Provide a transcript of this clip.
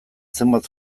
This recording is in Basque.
zenbait